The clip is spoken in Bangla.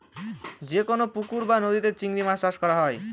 যেকোনো পুকুর বা নদীতে চিংড়ি চাষ করা হয়